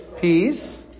Peace